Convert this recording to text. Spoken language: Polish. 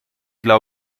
dla